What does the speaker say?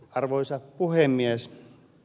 arvoisa puhemies